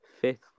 fifth